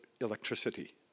electricity